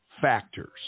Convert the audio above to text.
factors